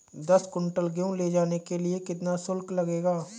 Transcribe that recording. दस कुंटल गेहूँ ले जाने के लिए कितना शुल्क लगेगा?